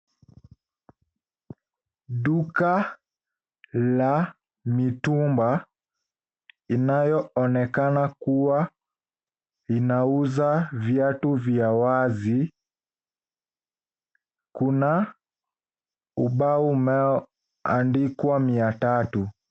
Duka la mitumba inayoonekana kuwa inauza viatu vya wazi. Kuna ubao unaoandikwa 300.